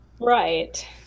Right